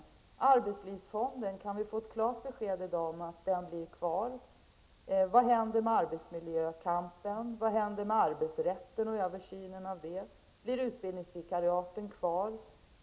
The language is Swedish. Kan vi i dag få ett klart besked om att arbetslivsfonden blir kvar? Vad händer med arbetsmiljökampen? Vad händer med arbetsrätten och översynen av den? Blir utbildningsvikariaten kvar?